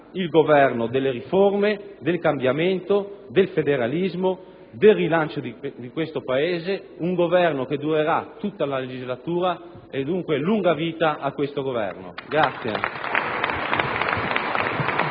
il Governo delle riforme, del cambiamento, del federalismo, del rilancio del Paese, un Governo che durerà tutta la legislatura e, dunque, lunga vita a questo Governo.